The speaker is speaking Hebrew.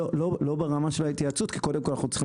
לא ברמה של ההתייעצות כי קודם כל אנחנו צריכים